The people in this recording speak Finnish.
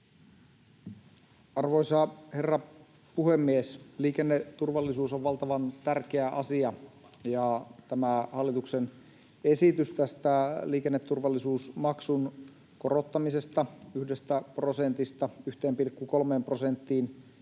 Arvoisa herra puhemies! Liikenneturvallisuus on valtavan tärkeä asia. Tämä hallituksen esitys liikenneturvallisuusmaksun korottamisesta 1 prosentista 1,3 prosenttiin